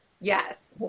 yes